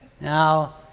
Now